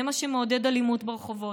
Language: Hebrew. זה מה שמעודד אלימות ברחובות,